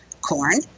corn